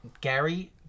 Gary